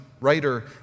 writer